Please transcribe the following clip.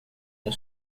com